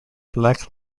black